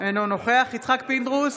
אינו נוכח יצחק פינדרוס,